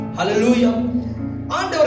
Hallelujah